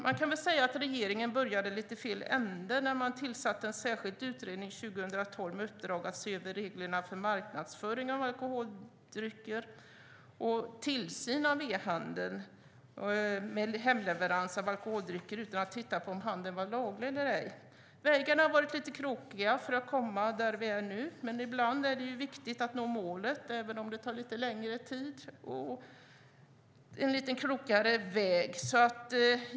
Man kan väl säga att regeringen började lite grann i fel ända när den tillsatte en särskild utredning 2012 med uppdrag att se över reglerna för marknadsföring av alkoholdrycker och tillsynen av e-handeln beträffande hemleverans av alkoholdrycker utan att titta på om handeln var laglig eller ej. Vägarna har varit lite krokiga för att komma dit där vi är nu, men det är viktigt att nå målet även om det tar lite längre tid och vägen är lite krokig.